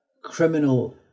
criminal